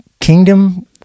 Kingdom